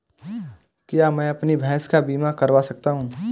क्या मैं अपनी भैंस का बीमा करवा सकता हूँ?